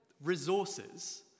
resources